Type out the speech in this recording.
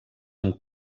amb